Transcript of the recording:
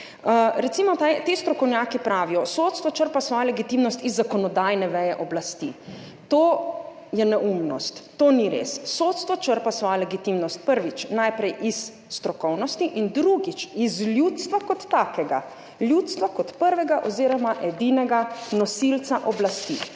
Recimo, ti strokovnjaki pravijo, da sodstvo črpa svojo legitimnost iz zakonodajne veje oblasti. To je neumnost, to ni res. Sodstvo črpa svojo legitimnost, prvič, najprej iz strokovnosti, in drugič, iz ljudstva kot takega, ljudstva kot prvega oziroma edinega nosilca oblasti,